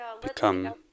become